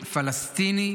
פלסטיני,